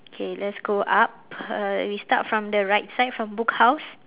K let's go up uh we start from the right side from book house